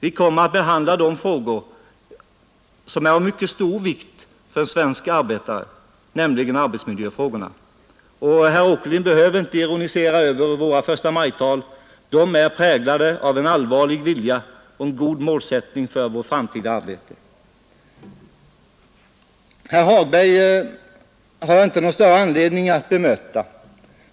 Vi kommer att behandla frågor som är av mycket stor vikt för svenska arbetare, nämligen bl.a. arbetsmiljöfrågorna. Herr Åkerlind behöver inte ironisera över våra förstamajtal. De är präglade av en allvarlig vilja och en god målsättning för vårt framtida arbete. Herr Hagberg har jag inte någon större anledning att bemöta.